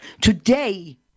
Today